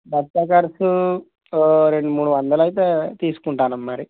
బర్త ఖర్చు ఓ రెండు మూడు వందలు అయితే తీసుకుంటున్నాము మరి